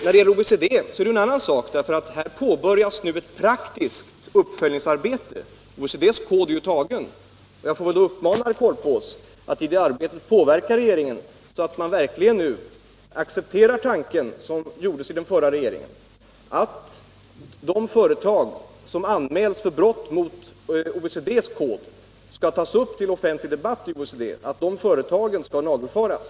När det gäller OECD förhåller det sig annorlunda. Här påbörjas nu ett praktiskt uppföljningsarbete. OECD:s kod är ju antagen. Jag får väl uppmana herr Korpås att försöka påverka regeringen så att den verkligen accepterar tanken hos den gamla regeringen att de företag som anmäls för brott mot OECD:s kod skall tas upp till offentlig debatt i OECD och verkligen nagelfaras.